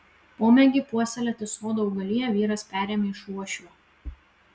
pomėgį puoselėti sodo augaliją vyras perėmė iš uošvio